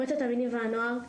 מועצת התלמידים והנוער,